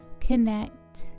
connect